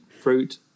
fruit